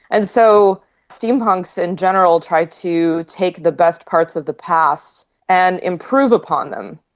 and so steampunks in general try to take the best parts of the past and improve upon them.